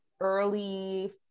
early